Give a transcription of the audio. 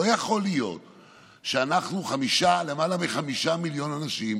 לא יכול להיות שלמעלה מחמישה מיליון אנשים